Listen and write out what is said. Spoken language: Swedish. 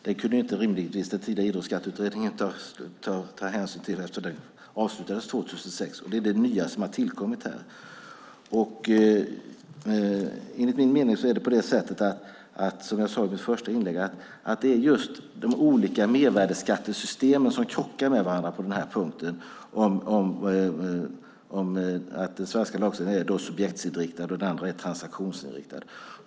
Det kunde rimligen inte den tidigare idrottsskatteutredningen ta hänsyn till eftersom den avslutades 2006. Det är det nya som har tillkommit. Enligt min mening är det, som jag sade i mitt första inlägg, just de olika mervärdesskattesystemen som krockar med varandra på denna punkt. Den svenska lagstiftningen är subjektsinriktad och den andra är transaktionsinriktad.